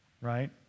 right